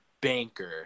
Banker